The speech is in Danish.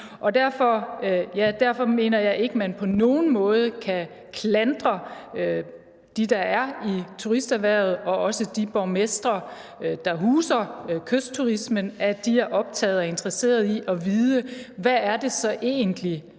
Derfor mener jeg ikke, man på nogen måde kan klandre dem, der er i turisterhvervet, og heller ikke de borgmestre, der huser kystturismen, for, at de er optaget af og interesseret i at vide, hvad det så egentlig